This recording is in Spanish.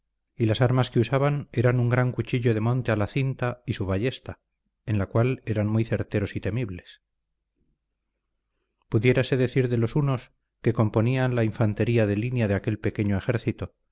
y las armas que usaban eran un gran cuchillo de monte a la cinta y su ballesta en la cual eran muy certeros y temibles pudiérase decir de los unos que componían la infantería de línea de aquel pequeño ejército